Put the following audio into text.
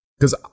Cause